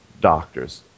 Doctors